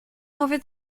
over